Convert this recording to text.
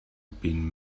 been